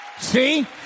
See